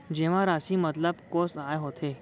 जेमा राशि मतलब कोस आय होथे?